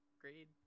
grade